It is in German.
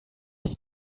die